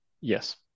Yes